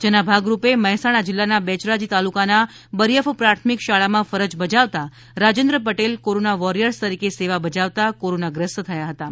જેના ભાગરૂપે મહેસાણા જિલ્લાનાં બેચરાજી તાલુકાનાં બરીયફ પ્રાથમિક શાળામાં ફરજ બજાવતાં રાજેન્દ્ર પટેલ કોરોના વોરીયર્સ તરીકે સેવા બજાવતાં કોરોનાગ્રસ્ત થયા હતાં